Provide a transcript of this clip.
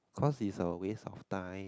cause is a waste of time